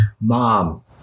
Mom